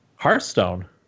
hearthstone